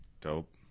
Dope